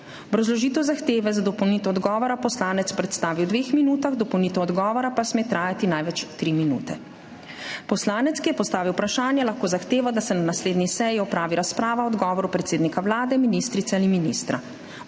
Obrazložitev zahteve za dopolnitev odgovora poslanec predstavi v dveh minutah, dopolnitev odgovora pa sme trajati največ tri minute. Poslanec, ki je postavil vprašanje, lahko zahteva, da se na naslednji seji opravi razprava o odgovoru predsednika Vlade, ministrice ali ministra.